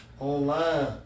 Online